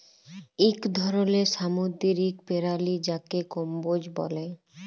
ইক ধরলের সামুদ্দিরিক পেরালি যাকে কম্বোজ ব্যলে